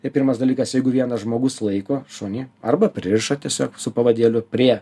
ir pirmas dalykas jeigu vienas žmogus laiko šunį arba pririša tiesiog su pavadėliu prie